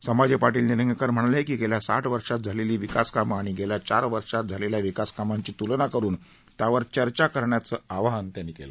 संभाजी पाटील निलंगेकर म्हणाले की गेल्या साठ वर्षात झालेली विकास कामे आणि गेल्या चार वर्षात झालेल्या विकास कामाची तुलना करुन त्यावर चर्चा करण्याच आवाहन त्यांनी केलं